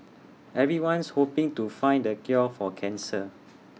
everyone's hoping to find the cure for cancer